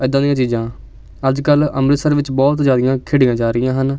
ਇੱਦਾਂ ਦੀਆਂ ਚੀਜ਼ਾਂ ਅੱਜ ਕੱਲ੍ਹ ਅੰਮ੍ਰਿਤਸਰ ਵਿੱਚ ਬਹੁਤ ਜ਼ਿਆਦੀਆਂ ਖੇਡੀਆਂ ਜਾ ਰਹੀਆਂ ਹਨ